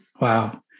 Wow